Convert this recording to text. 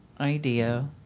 idea